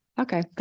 Okay